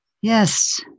Yes